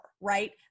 right